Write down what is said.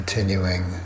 Continuing